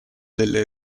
delle